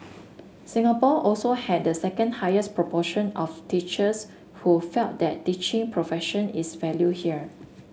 Singapore also had the second highest proportion of teachers who felt that teaching profession is valued here